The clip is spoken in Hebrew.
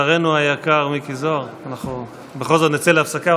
שרנו היקר מיקי זוהר, אנחנו בכל זאת נצא להפסקה.